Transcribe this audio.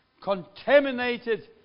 contaminated